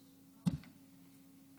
קרעי.